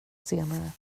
senare